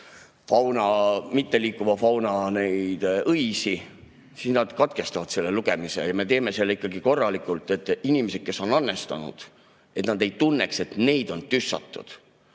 fauna, mitteliikuva fauna õisi, siis nad katkestavad selle lugemise. Ja me teeme selle ikkagi korralikult, et inimesed, kes on annetanud, ei tunneks, et neid on tüssatud.